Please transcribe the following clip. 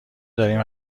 داریم